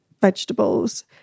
vegetables